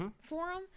Forum